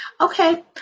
okay